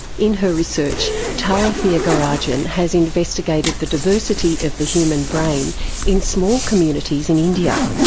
in her research, tara thiagarajan has investigated the diversity of the human brain in small communities in india,